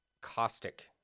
caustic